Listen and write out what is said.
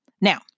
Now